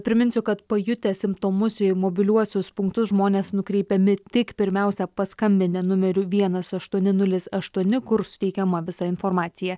priminsiu kad pajutę simptomus į mobiliuosius punktus žmonės nukreipiami tik pirmiausia paskambinę numeriu vienas aštuoni nulis aštuoni kur suteikiama visa informacija